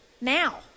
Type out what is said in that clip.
now